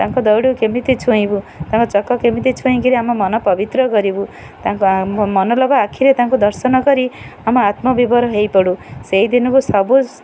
ତାଙ୍କ ଦୌଡ଼ିକୁ କେମିତି ଛୁଇଁବୁ ତାଙ୍କ ଚକ କେମିତି ଛୁଇଁକିରି ଆମ ମନ ପବିତ୍ର କରିବୁ ତାଙ୍କ ମନଲଭା ଆଖିରେ ତାଙ୍କୁ ଦର୍ଶନ କରି ଆମ ଆତ୍ମବିଭୋର ହେଇପଡ଼ୁ ସେଇଦିନକୁ ସବୁ